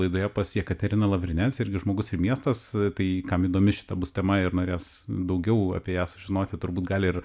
laidoje pas jakateriną lavrinec irgi žmogus ir miestas tai kam įdomi šita bus tema ir norės daugiau apie ją sužinoti turbūt gali ir